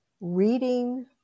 reading